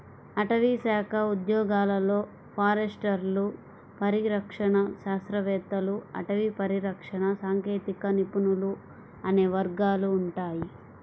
అటవీశాఖ ఉద్యోగాలలో ఫారెస్టర్లు, పరిరక్షణ శాస్త్రవేత్తలు, అటవీ పరిరక్షణ సాంకేతిక నిపుణులు అనే వర్గాలు ఉంటాయి